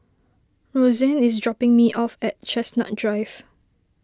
Roxanne is dropping me off at Chestnut Drive